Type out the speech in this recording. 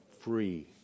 free